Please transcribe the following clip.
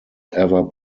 ever